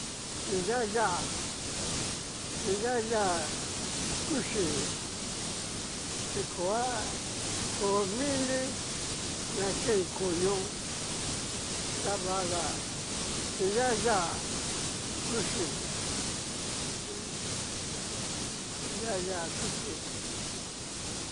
Ti aya, ti aya kuchii chi koa ko mili na ken koño tavaga ti'aya kuchii, ti'aya kuchi.